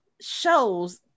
shows